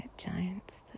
giants